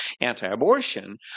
anti-abortion